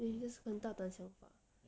then you just conduct the 小 part